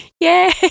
Yay